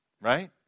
right